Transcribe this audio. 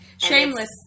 Shameless